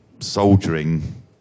soldiering